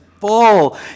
full